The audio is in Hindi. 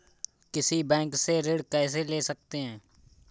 किसी बैंक से ऋण कैसे ले सकते हैं?